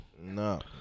no